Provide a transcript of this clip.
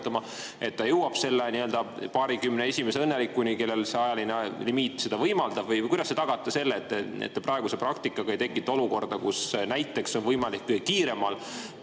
ta jõuab selle paarikümne esimese õnneliku sekka, kellel see ajaline limiit seda võimaldab? Või kuidas te tagate selle, et te praeguse praktikaga ei tekita olukorda, kus näiteks kõige kiiremal